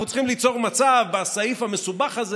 אנחנו צריכים ליצור מצב בסעיף המסובך הזה